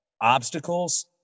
obstacles